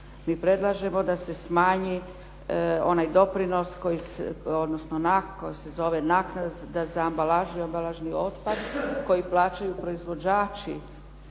Mi predlažemo da se smanji onaj doprinos, ona naknada za ambalažu i ambalažni otpad koji plaćaju proizvođači